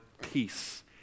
peace